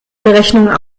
berechnung